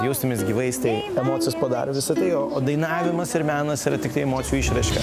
kad jaustumeis gyvais tai emocijos padaro visa tai o dainavimas ir menas yra tiktai emocijų išraiška